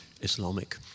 Islamic